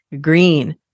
Green